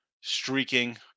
Streaking